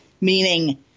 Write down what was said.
meaning